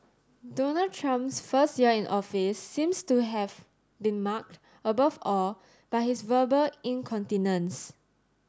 Donald Trump's first year in office seems to have been marked above all by his verbal incontinence